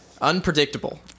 unpredictable